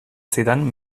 zidan